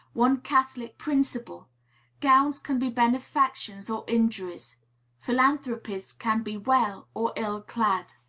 one catholic principle gowns can be benefactions or injuries philanthropies can be well or ill clad.